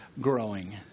growing